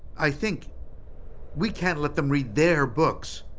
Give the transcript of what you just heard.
i think we can't let them read their books,